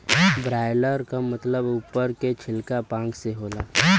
broiler क मतलब उप्पर के छिलका पांख से होला